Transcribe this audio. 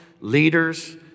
leaders